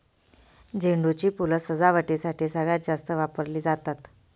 झेंडू ची फुलं सजावटीसाठी सगळ्यात जास्त वापरली जातात